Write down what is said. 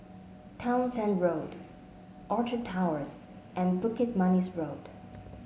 Townshend Road Orchard Towers and Bukit Manis Road